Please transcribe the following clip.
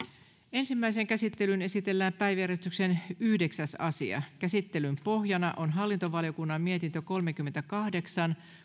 ensimmäiseen käsittelyyn esitellään päiväjärjestyksen yhdeksäs asia käsittelyn pohjana on hallintovaliokunnan mietintö kolmekymmentäkahdeksan